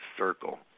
Circle